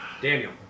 Daniel